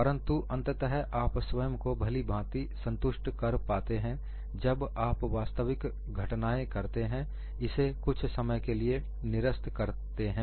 परंतु अंतत आप स्वयं को भलीभांति संतुष्ट कर पाते हैं जब आप वास्तविक घटनाएं करते हैं इसे कुछ समय के लिए निरस्त करते हैं